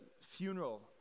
funeral